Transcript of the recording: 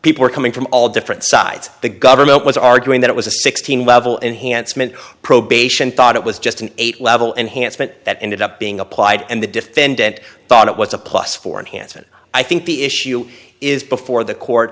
people are coming from all different sides of the government was arguing that it was a sixteen level enhancement probation thought it was just an eight level and hance meant that ended up being applied and the defendant thought it was a plus for enhancement i think the issue is before the co